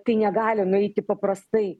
tai negali nueiti paprastai